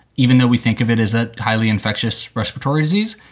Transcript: even though we think of it as a highly infectious respiratory disease.